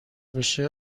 بشه